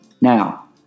Now